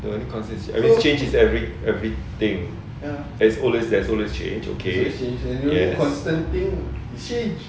the only constant is change is every every thing there's always change okay yes